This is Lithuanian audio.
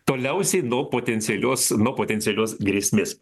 toliausiai nuo potencialios nuo potencialios grėsmės